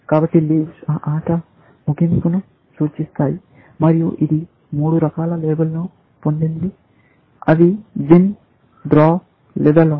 కాబట్టి లీవ్స్ ఆ ఆట ముగింపును సూచిస్తాయి మరియు ఇది మూడు రకాల లేబుళ్ళను పొందింది అవి విన్ డ్రా లేదా లాస్